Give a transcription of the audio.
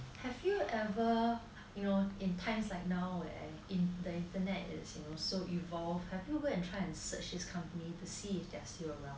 have you ever you know in times like now where in the internet is so evolved have you go and try to search this company to see if they are still around